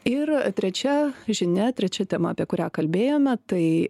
ir trečia žinia trečia tema apie kurią kalbėjome tai